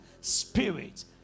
Spirit